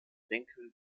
winkel